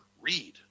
read